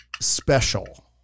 special